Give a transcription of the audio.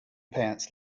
pants